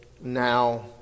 now